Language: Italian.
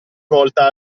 volta